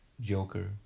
Joker